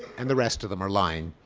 and the rest of them are lying.